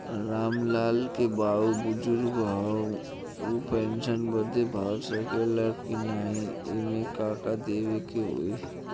राम लाल के बाऊ बुजुर्ग ह ऊ पेंशन बदे भर सके ले की नाही एमे का का देवे के होई?